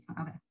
okay